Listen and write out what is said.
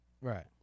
Right